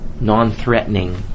non-threatening